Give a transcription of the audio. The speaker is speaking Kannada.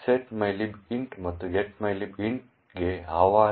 set mylib int ಮತ್ತು get mylib int ಗೆ ಆಹ್ವಾನ